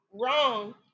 wrong